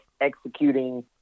executing